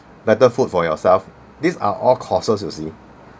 better food for yourself these are all costs you see